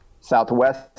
Southwest